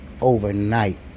overnight